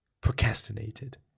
procrastinated